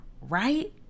right